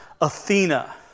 Athena